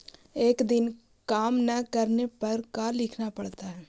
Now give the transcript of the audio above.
एक दिन काम न करने पर का लिखना पड़ता है?